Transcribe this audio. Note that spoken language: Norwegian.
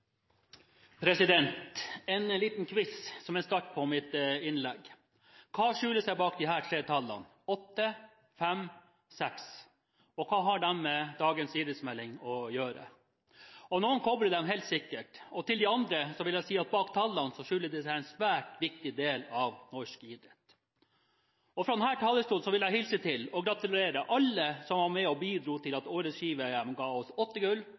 En liten quiz som en start på mitt innlegg: Hva skjuler seg bak de tre tallene 8–5–6, og hva har de med dagens idrettsmelding å gjøre? Noen kobler dem helt sikkert – og til de andre vil jeg si at bak tallene skjuler det seg en svært viktig del av norsk idrett. Fra denne talerstol vil jeg hilse til – og gratulere – alle som var med og bidro til at årets ski-VM ga oss åtte gull,